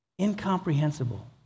Incomprehensible